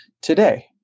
today